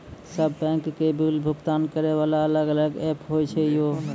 सब बैंक के बिल भुगतान करे वाला अलग अलग ऐप्स होय छै यो?